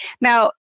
Now